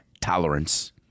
tolerance